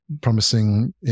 promising